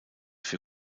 für